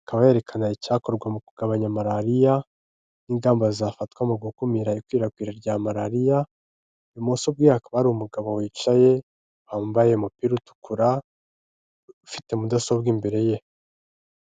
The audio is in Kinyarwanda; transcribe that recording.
ikaba yerekana icyakorwa mu kugabanya malariya n'ingamba zafatwa mu gukumira ikwirakwira rya malariya ibumoso bwe hakaba ari umugabo wicaye wambaye umupira utukura ufite mudasobwa imbere ye.